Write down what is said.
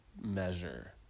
measure